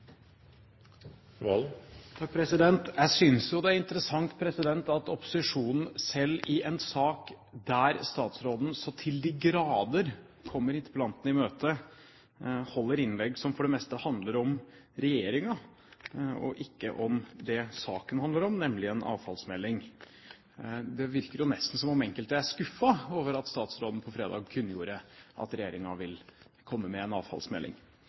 interessant at opposisjonen selv i en sak der statsråden så til de grader kommer interpellanten i møte, holder innlegg som for det meste handler om regjeringen og ikke om det saken handler om, nemlig en avfallsmelding. Det virker jo nesten som om enkelte er skuffet over at statsråden på fredag kunngjorde at regjeringen ville komme med en avfallsmelding.